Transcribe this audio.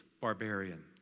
barbarian